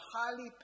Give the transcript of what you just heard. highly